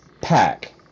pack